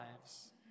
lives